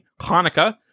Hanukkah